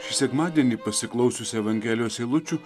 šį sekmadienį pasiklausius evangelijos eilučių